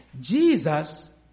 Jesus